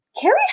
Carrie